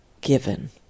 given